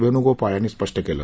वेणुगोपाळ यांनी स्पष्ट केलं